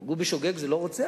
הרג בשוגג זה לא רוצח,